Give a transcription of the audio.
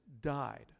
died